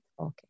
okay